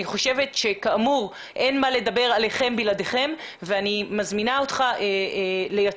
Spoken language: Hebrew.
אני חושבת שאין מה לדבר עליכם בלעדיכם ואני מזמינה אותך לייצר